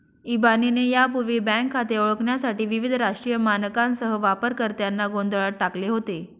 इबानीने यापूर्वी बँक खाते ओळखण्यासाठी विविध राष्ट्रीय मानकांसह वापरकर्त्यांना गोंधळात टाकले होते